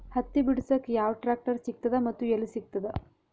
ಹತ್ತಿ ಬಿಡಸಕ್ ಯಾವ ಟ್ರಾಕ್ಟರ್ ಸಿಗತದ ಮತ್ತು ಎಲ್ಲಿ ಸಿಗತದ?